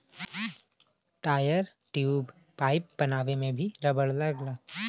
tyre, tube, pipe बनावे में भी रबड़ लगला